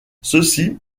ceci